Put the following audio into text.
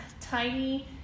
tiny